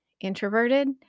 introverted